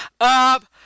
up